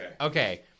Okay